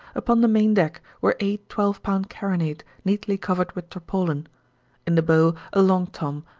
upon the main deck were eight twelve-pound carronade neatly covered with tarpaulin in the bow a long tom,